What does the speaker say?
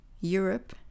Europe